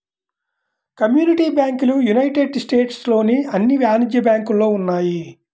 community బ్యాంకులు United States లోని అన్ని వాణిజ్య బ్యాంకులలో ఉన్నాయి